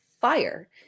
fire